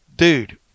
Dude